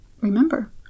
remember